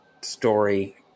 story